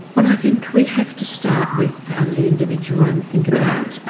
well, i think we have to start with um the individual and think about